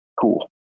Cool